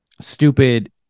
stupid